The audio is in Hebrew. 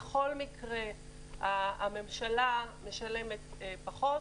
בכל מקרה הממשלה משלמת פחות,